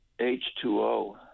H2O